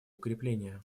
укрепление